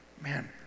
man